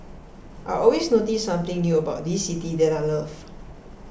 I always notice something new about this city that I love